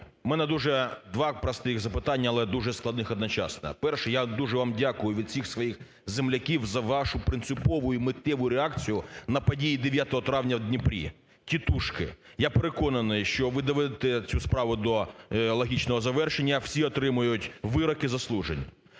в мене дуже два простих запитання, але дуже складних одночасно. Перше. Я дуже вам дякую від всіх своїх земляків за вашу принципову і миттєву реакцію на події 9 травня в Дніпрі, тітушки. Я переконаний, що ви доведете цю справу до логічного завершення, всі отримають вироки заслужені.